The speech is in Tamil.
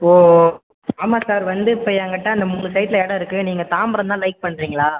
ஓ ஆமாம் சார் வந்து இப்போ என் கிட்டே அந்த மூணு சைட்டில் இடம் இருக்குது நீங்கள் தாம்பரம் தான் லைக் பண்ணுறீங்களா